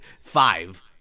five